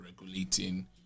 regulating